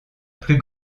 plus